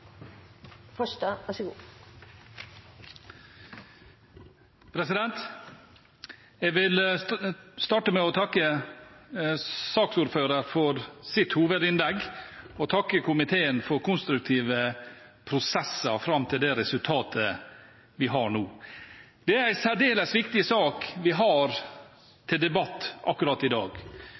Jeg vil starte med å takke saksordføreren for hans hovedinnlegg og komiteen for konstruktive prosesser fram til det resultatet vi har nå. Det er en særdeles viktig sak vi har til debatt akkurat i dag,